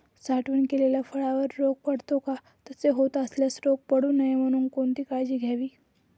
साठवण केलेल्या फळावर रोग पडतो का? तसे होत असल्यास रोग पडू नये म्हणून कोणती काळजी घ्यावी?